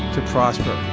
to prosper.